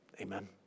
Amen